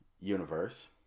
Universe